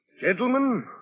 Gentlemen